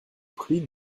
prient